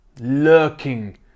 lurking